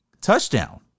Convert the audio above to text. touchdown